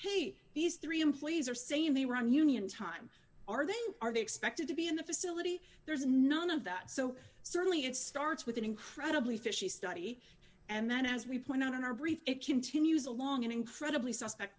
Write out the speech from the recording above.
hey these three employees are saying they run union time are they are they expected to be in the facility there's none of that so certainly it starts with an incredibly fishy study and that as we point out in our brief it continues along an incredibly s